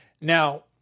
Now